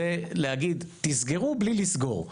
זה להגיד "תסגרו, בלי לסגור".